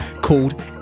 called